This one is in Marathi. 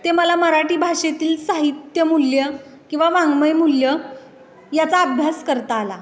ते मला मराठी भाषेतील साहित्य मूल्य किंवा वाङ्मय मूल्य याचा अभ्यास करता आला